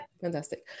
fantastic